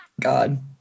God